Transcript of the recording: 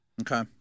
Okay